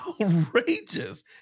Outrageous